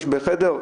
15 עובדים בחדר,